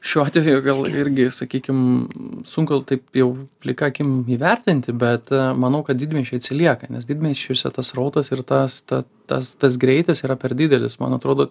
šiuo atveju gal irgi sakykim sunku taip jau plika akim įvertinti bet manau kad didmiesčiai atsilieka nes didmiesčiuose tas srautas ir tas ta tas tas greitis yra per didelis man atrodo